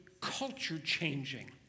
culture-changing